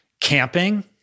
camping